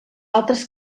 altres